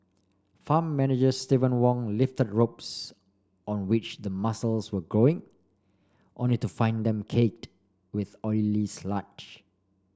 farm manager Steven Wong lifted ropes on which the mussels were growing only to find them caked with oily sludge